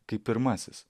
kaip pirmasis